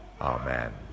Amen